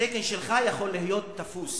התקן שלך יכול להיות תפוס.